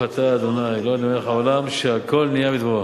ברוך אתה ה' אלוהינו מלך העולם שהכול נהיה בדברו.